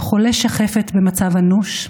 חולי שחפת במצב אנוש,